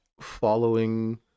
following